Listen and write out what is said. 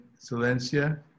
silencia